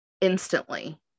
instantly